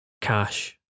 cash